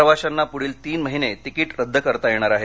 प्रवाशांना पुढील तीन महिने तिकीट रद्द करता येणार आहेत